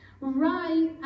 Right